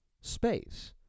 space